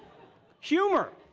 humor,